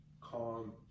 calm